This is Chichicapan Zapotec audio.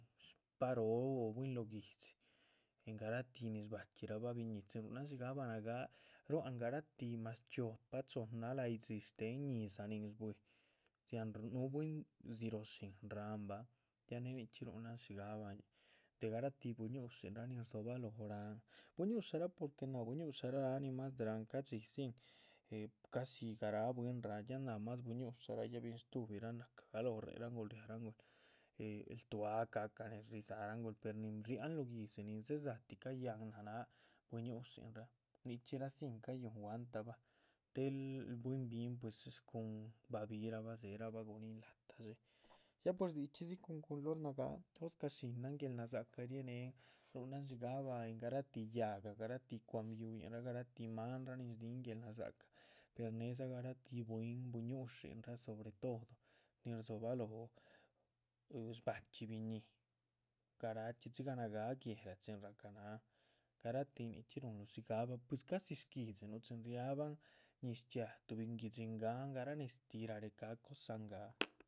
Shpaharoo bwín lóho guihdxi en garatih nin shbachxirabah biñíhi rúhuan dxíigahba nagáa rua´c garatih mas chiopa chohnna nin náha la´yidxi shtéhen ñi´zah ni shbuíh. núhu bwín dzianroh shín ráhanbah ya néhe nichxí ruhunan dxíigahba de garatih bui´ñushinraa nin rdzobaloho ráhan bui´ñushara porque náh bui´ñusharaa náha. nin mas ráhan, ca´dxi sín, eh casi garáh bwín ráhan ya náh mas bui´ñusharaa ya binshtuhbi náh cagalóh réheranguhla riáranguhla eh ltúa ca´ca nez ridza´rahangul pero nin. riáhan lóh guihdxi nin dze´dzatih cayáhan náh bui´ñushinraa nichxira sín cayúhun guanta náh, del bwín bihin pues cuhun babihirabah dze´rabah guríhn la´tah dxé. pa pues dzichxídzi cun culor nagáa jóscah shinan guéel nadza´cah rienehen rúhunan dxíigahba garatíh yáhga garatih cwa´han biuhyirah garatih maanrah nin ríhin guél nadzaca. per nédza garatih bwín bui´ñushinraa sobre todo nin rdzobaloho shbachxí biñíhi garachxí dxigah nagáa guélachxi chin rahcanahan garatih nichxí ruhunluh dxíigahba pues casi. shguihdxinuh chin rábahan ñiz chxiaa tuhbi nguihdxin ngáahan gará neztih rarecáha cosah ngáa.